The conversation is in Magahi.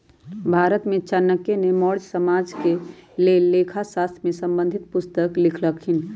भारत में चाणक्य ने मौर्ज साम्राज्य के लेल लेखा शास्त्र से संबंधित पुस्तक लिखलखिन्ह